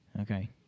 Okay